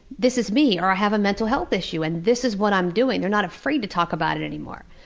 this is me or i have a mental health issue and this is what i'm doing they're not afraid to talk about it anymore.